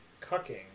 cooking